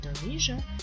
Indonesia